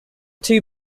two